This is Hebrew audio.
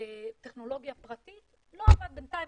טכנולוגיה פרטית לא עמד בינתיים.